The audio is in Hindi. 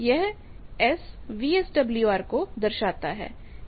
यह S वीएसडब्ल्यूआर को दर्शाता है